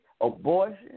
abortion